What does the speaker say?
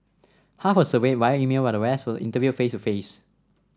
half were surveyed via email while the rest were interviewed face to face